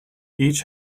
each